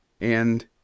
and—